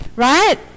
right